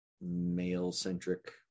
male-centric